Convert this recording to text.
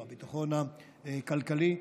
הביטחון הכלכלי,